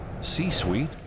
C-Suite